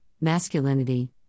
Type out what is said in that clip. masculinity